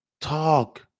talk